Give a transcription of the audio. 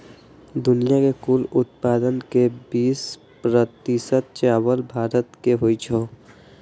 दुनिया के कुल उत्पादन के बीस प्रतिशत चावल भारत मे होइ छै